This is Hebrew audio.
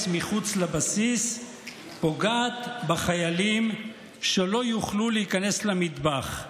מחוץ לבסיס פוגעת בחיילים שלא יוכלו להיכנס למטבח,